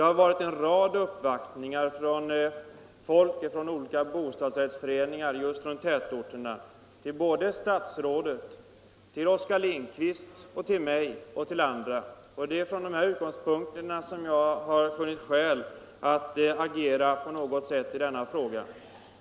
Till statsrådet, till Oskar Lindkvist, till mig själv och till andra har det förekommit en rad uppvaktningar av människor från olika bostadsrättsföreningar i våra tätorter, och det är bl.a. detta som gjort att jag har funnit skäl att agera i denna fråga.